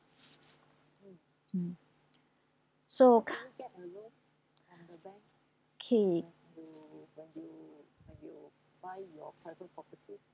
mm so okay